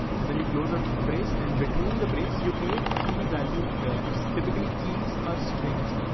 and then you close a brace. and between the brace you create key value pairs. typically keys are strings.